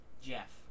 Jeff